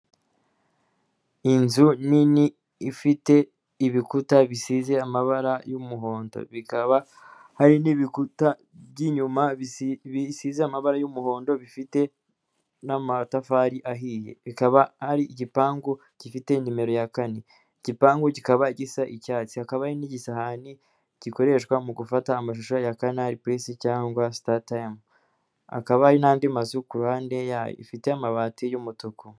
inzu nini ifite ibikuta bisize amabara y'umuhondo bikaba ari n'ibikuta by'inyumasize amabara y'umuhondo bifite n'amatafari ahiye, ikaba ari igipangu gifite nimero ya kane. Igipangu kikaba gisa icyatsi, hakaba n'igisahani gikoreshwa mu gufata amashusho ya canal plus cyangwa starTimes, hakaba hari n'andi mazu ku ruhande yayo, ifite amabati y'umutuku.